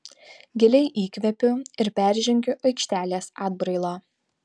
giliai įkvepiu ir peržengiu aikštelės atbrailą